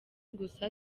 gusa